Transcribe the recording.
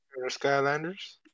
Skylanders